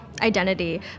identity